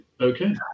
Okay